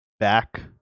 Back